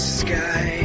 sky